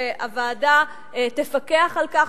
והוועדה תפקח על כך,